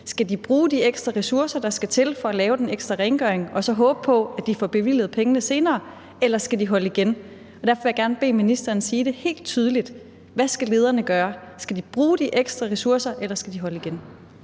skal bruge de ekstra ressourcer, der skal til for at udføre den ekstra rengøring, og så håbe på, at de får bevilget pengene senere, eller om de skal holde igen. Derfor vil jeg gerne bede ministeren sige det helt tydeligt: Hvad skal lederne gøre? Skal bruge de ekstra ressourcer, eller skal de holde igen?